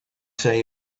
say